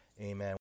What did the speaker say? Amen